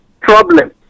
problems